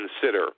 consider